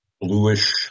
bluish